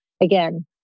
again